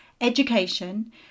education